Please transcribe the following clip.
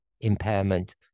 impairment